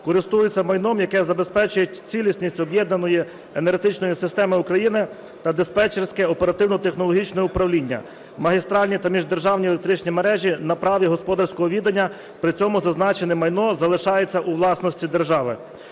користується майном, який забезпечує цілісність об'єднаної енергетичної системи України та диспетчерське оперативно-технологічне управління, магістральні та міждержавні електричні мережі на праві господарського відання, при цьому зазначене майно залишається у власності держави.